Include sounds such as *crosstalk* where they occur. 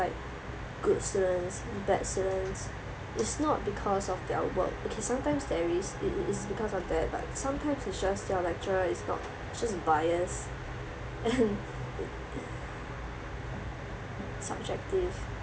like good students bad students it's not because of their work okay sometimes there is it is because of that but sometimes it's just your lecturer is not just biased and *laughs* subjective